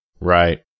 Right